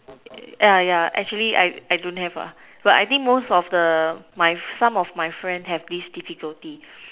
ya ya actually I I don't have ah but I think most the my some of my friends have this difficulty